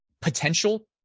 potential